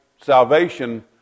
salvation